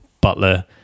Butler